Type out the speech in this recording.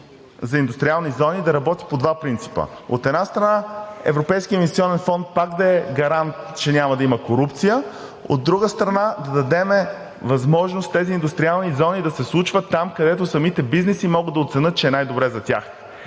за индустриални зони да работи по два принципа. От една страна, Европейският инвестиционен фонд пак да е гарант, че няма да има корупция, от друга страна, да дадем възможност тези индустриални зони да се случват там, където самите бизнеси могат да оценят, че е най-добре за тях.